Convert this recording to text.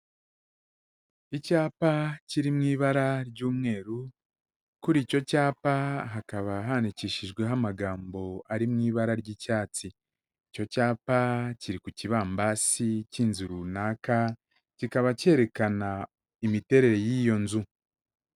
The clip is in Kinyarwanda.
Icyapa kiri mu ibara ry'umweru, kuri icyo cyapa hakaba handikishijweho amagambo ari mu ibara ry'icyatsi, icyo cyapa kiri ku kibambasi cy'inzu runaka, kikaba cyerekana imiterere y'iyo nzu.